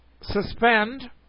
suspend